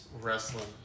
wrestling